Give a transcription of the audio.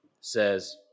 says